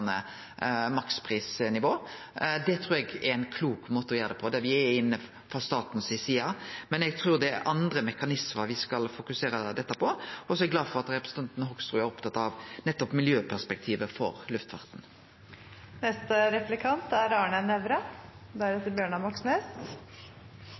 maksprisnivå. Det trur eg er ein klok måte å gjere det på når me er inne frå staten si side, men eg trur det er andre mekanismar me skal fokusere på. Eg er glad for at representanten Hoksrud er opptatt av miljøperspektivet for